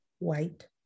White